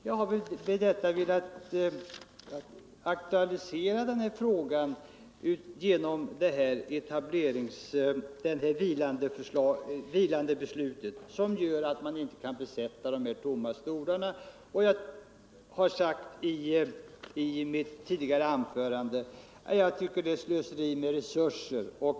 Jag har med detta velat aktualisera problemet med vilandebeslutet. Det beslutet innebär nämligen att man inte kan besätta de tomma stolarna. Som jag sade i mitt tidigare anförande tycker jag att det är slöseri med resurser.